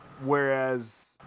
whereas